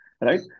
right